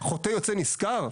חוטא יוצא נשכר?